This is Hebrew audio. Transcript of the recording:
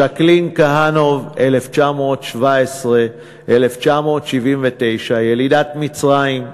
ז'קלין כהנוב, 1917 1979, ילידת מצרים,